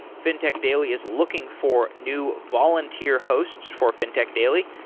fintech daily is looking for new volunteer hosts for fintech daily.